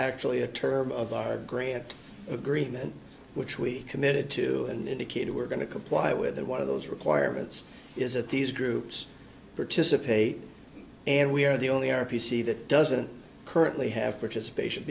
actually a term of art grant agreement which we committed to and indicated we're going to comply with one of those requirements is that these groups participate and we are the only r p c that doesn't currently have participation